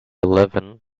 eleven